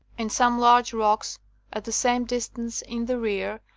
and some large rocks at the same distance in the rear,